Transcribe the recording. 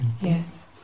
Yes